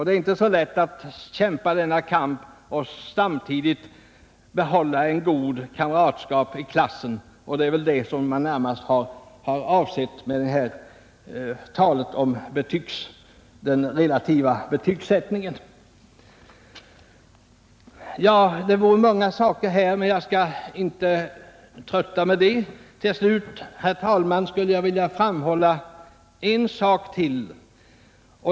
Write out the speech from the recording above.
Det är inte lätt att kämpa denna kamp och samtidigt behålla ett gott kamratskap i klassen. Det är närmast dessa saker man avsett med kritiken mot den relativa betygsättningen. Det vore mycket att säga här, men jag skall inte trötta med det. Jag skulle bara till slut, herr talman, vilja framhålla en sak till.